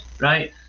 right